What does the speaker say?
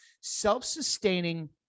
self-sustaining